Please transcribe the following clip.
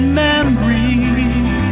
memories